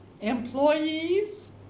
employees